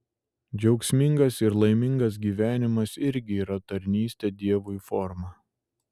džiaugsmingas ir laimingas gyvenimas irgi yra tarnystės dievui forma